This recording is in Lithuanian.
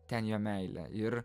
ten jo meilė ir